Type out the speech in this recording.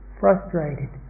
frustrated